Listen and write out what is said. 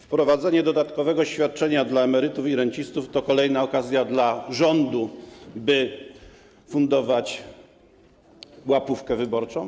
Wprowadzenie dodatkowego świadczenia dla emerytów i rencistów to kolejna okazja dla rządu, by fundować łapówkę wyborczą.